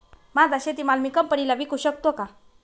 माझा शेतीमाल मी कंपनीला विकू शकतो का?